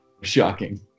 shocking